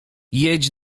jedź